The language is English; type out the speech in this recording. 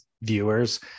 viewers